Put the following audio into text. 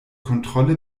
kontrolle